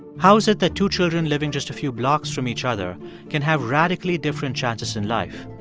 how is it that two children living just a few blocks from each other can have radically different chances in life?